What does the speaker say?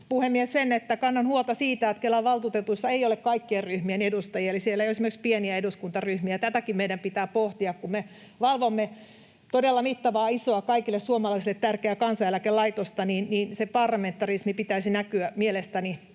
puhemies, sen, että kannan huolta siitä, että Kelan valtuutetuissa ei ole kaikkien ryhmien edustajia eli siellä ei ole esimerkiksi pieniä eduskuntaryhmiä. Tätäkin meidän pitää pohtia. Kun me valvomme todella mittavaa, isoa, kaikille suomalaisille tärkeää Kansaneläkelaitosta, niin sen parlamentarismin pitäisi näkyä mielestäni